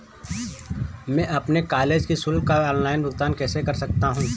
मैं अपने कॉलेज की शुल्क का ऑनलाइन भुगतान कैसे कर सकता हूँ?